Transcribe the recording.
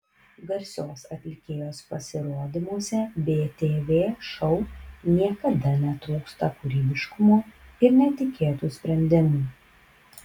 garsios atlikėjos pasirodymuose btv šou niekada netrūksta kūrybiškumo ir netikėtų sprendimų